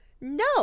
No